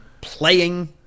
playing